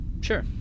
Sure